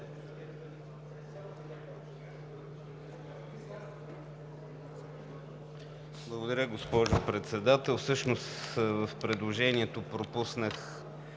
Благодаря, госпожо Председател. В предложението пропуснах